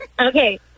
Okay